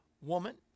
woman